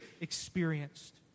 experienced